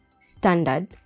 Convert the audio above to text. Standard